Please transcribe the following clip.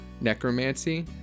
necromancy